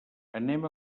anem